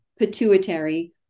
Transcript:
pituitary